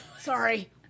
sorry